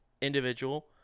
individual